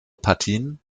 partien